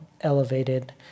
elevated